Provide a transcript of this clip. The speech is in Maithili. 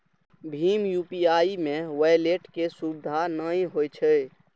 भीम यू.पी.आई मे वैलेट के सुविधा नै होइ छै